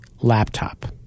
laptop